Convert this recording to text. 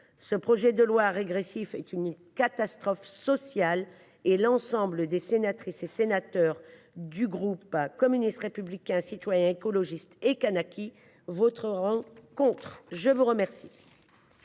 Ce projet de loi régressif est une catastrophe sociale et l’ensemble des sénatrices et sénateurs du groupe Communiste Républicain Citoyen et Écologiste – Kanaky voteront contre. La parole